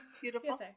Beautiful